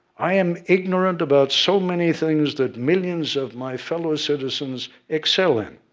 i am ignorant about so many things that millions of my fellow citizens excel in.